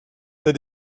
t’as